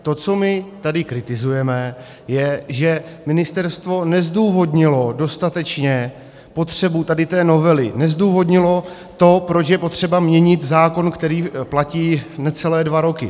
Vždyť to, co my tady kritizujeme, je, že ministerstvo nezdůvodnilo dostatečně potřebu této novely, nezdůvodnilo to, proč je potřeba měnit zákon, který platí necelé dva roky.